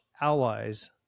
allies